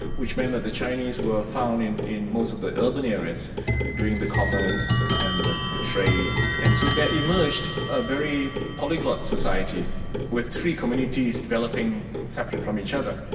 which meant that the chinese were found in in most of the urban areas doing the commerce and the the trade, and so there emerged a very polyglot society with three communities developing separate from each other.